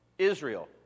Israel